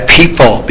people